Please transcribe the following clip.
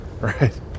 Right